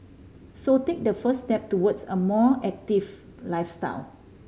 so take the first step towards a more active lifestyle